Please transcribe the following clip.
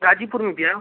गाजीपुर में भैया